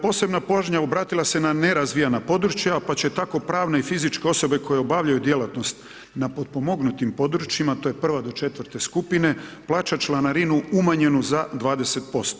Posebna pažnja obratila se na nerazvijena područja, pa će tako pravna i fizičke osobe koje obavljaju djelatnost na potpomognutim područjima, to je 1-4 skupine, plaća članarinu umanjenu za 205.